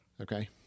Okay